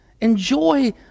enjoy